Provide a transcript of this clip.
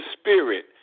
Spirit